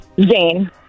Zane